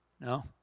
No